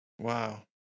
Wow